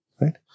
Right